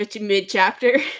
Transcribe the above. mid-chapter